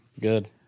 Good